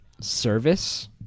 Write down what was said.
service